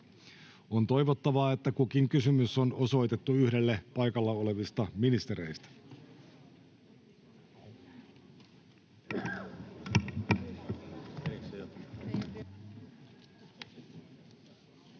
On toivottavaa, että kukin kysymys on osoitettu yhdelle paikalla olevista ministereistä. Edustaja